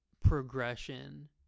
progression